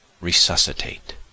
resuscitate